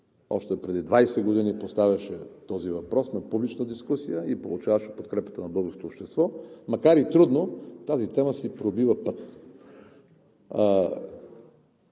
още преди 20 години поставяше този въпрос на публична дискусия и получаваше подкрепата на българското общество. Макар и трудно тази тема си пробива път.